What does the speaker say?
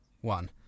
one